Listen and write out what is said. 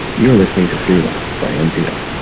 you are listening to throughline by npr